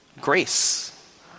grace